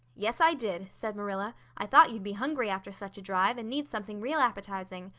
yes, i did, said marilla. i thought you'd be hungry after such a drive and need something real appetizing.